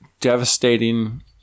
devastating